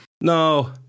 No